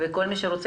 כל מי שרוצה,